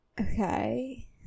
Okay